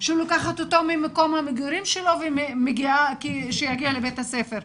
שלוקחת אותו ממקום המגורים שלו שיגיע לבית הספר?